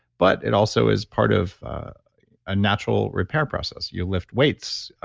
but it also is part of a natural repair process, you lift weights,